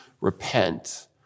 repent